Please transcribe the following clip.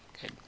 Good